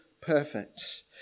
perfect